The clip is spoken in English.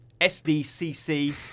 SDCC